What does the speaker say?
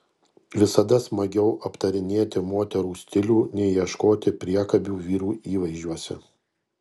visada smagiau aptarinėti moterų stilių nei ieškoti priekabių vyrų įvaizdžiuose